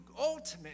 ultimate